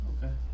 Okay